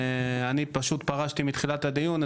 אני פשוט פרשתי מתחילת הדיון,